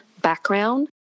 background